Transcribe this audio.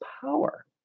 power